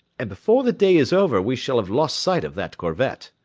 and before the day is over we shall have lost sight of that corvette.